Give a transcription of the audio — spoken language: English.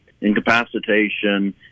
incapacitation